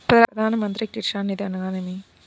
ప్రధాన మంత్రి కిసాన్ నిధి అనగా నేమి?